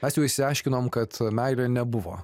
mes jau išsiaiškinom kad meilė nebuvo